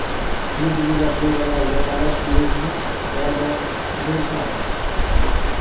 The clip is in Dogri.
जिन्दगी दा अपनी दा लाईफ दा पैह्ला ऐक्सपिरिंस ही जेह्ड़ा में तुसें गी सनाना ऐं